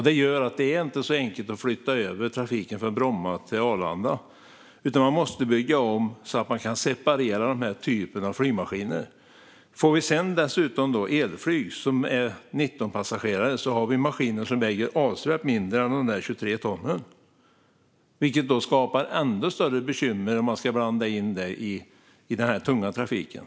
Det gör att det inte är så enkelt att flytta över trafiken från Bromma till Arlanda, utan man måste bygga om så att man kan separera den här typen av flygmaskiner. Får vi dessutom elflyg, som tar 19 passagerare, har vi maskiner som väger avsevärt mindre än 23 ton, vilket skapar ännu större bekymmer om man ska blanda in dem i den tunga trafiken.